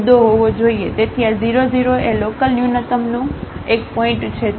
તેથી આ 00 એ લોકલન્યૂનતમનો એક પોઇન્ટ છે